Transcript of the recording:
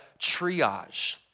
triage